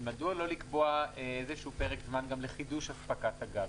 מדוע לא לקבוע איזשהו פרק זמן גם לחידוש אספקת הגז?